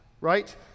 right